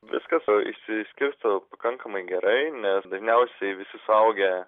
viskas o išsiskirsto pakankamai gerai nes dažniausiai visi suaugę